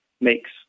makes